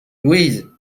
louise